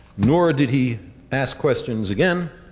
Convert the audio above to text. nor did he asked questions again,